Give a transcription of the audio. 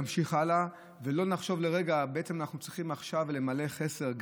נמשיך הלאה ולא נחשוב לרגע שבעצם אנחנו צריכים למלא חסר,